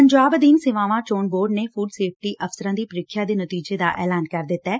ਪੰਜਾਬ ਅਧੀਨ ਸੇਵਾਵਾਂ ਚੋਣ ਬੋਰਡ ਨੇ ਫੂਡ ਸਫੇਟੀ ਅਫਸਰਾਂ ਦੀ ਪ੍ਰੀਖਿਆ ਦੇ ਨਤੀਜੇ ਦਾ ਐਲਾਨ ਕਰ ਦਿੱਤੈ